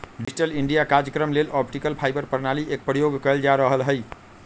digital India काजक्रम लेल optical fibre प्रणाली एक प्रयोग कएल जा रहल हइ